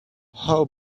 how